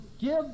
give